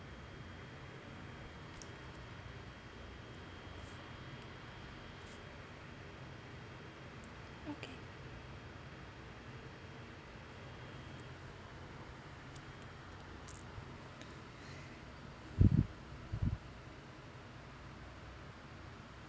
okay